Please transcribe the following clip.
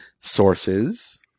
sources